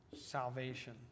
salvation